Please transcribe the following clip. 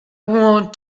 want